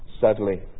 sadly